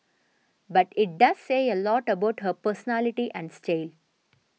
but it does say a lot about her personality and style